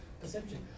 perception